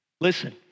Listen